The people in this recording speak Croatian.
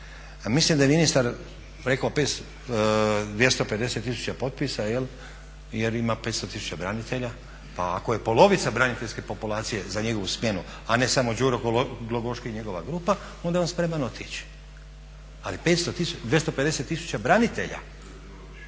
Mislim da je ministar rekao 250 tisuća potpisa jer ima 500 tisuća branitelja pa ako je polovica braniteljske populacije za njegovu smjenu, a ne samo Đuro Glogoški i njegova grupa onda je on spreman otići. Ali 250 tisuća branitelja.